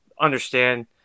understand